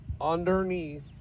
underneath